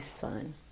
son